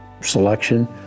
selection